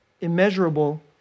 Immeasurable